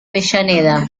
avellaneda